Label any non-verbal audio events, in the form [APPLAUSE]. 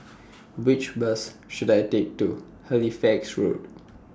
[NOISE] Which Bus should I Take to Halifax Road